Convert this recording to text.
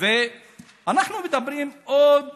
אנחנו מדברים עוד